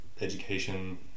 education